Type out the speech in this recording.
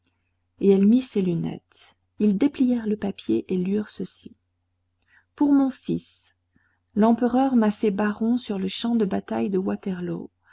et elle mit ses lunettes ils déplièrent le papier et lurent ceci pour mon fils l'empereur m'a fait baron sur le champ de bataille de waterloo